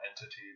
entity